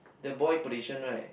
the boy position right